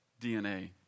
DNA